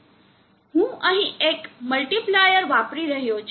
હું અહીં એક મલ્ટીપ્લાયર વાપરી રહ્યો છું